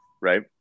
right